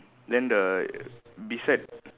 then the beside